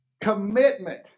commitment